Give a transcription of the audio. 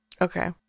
Okay